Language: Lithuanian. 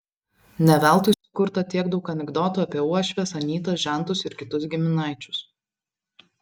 ne veltui sukurta tiek daug anekdotų apie uošves anytas žentus ir kitus giminaičius